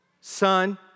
son